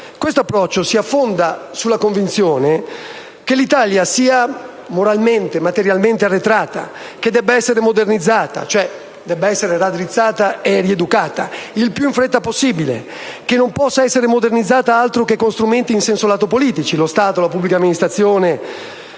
Questo approccio si fonda sulla convinzione che l'Italia sia moralmente e materialmente arretrata, che debba essere modernizzata, cioè debba essere raddrizzata e rieducata, il più in fretta possibile che non possa essere modernizzata altro che con strumenti in senso lato politici (lo Stato, la pubblica amministrazione,